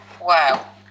Wow